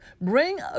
Bring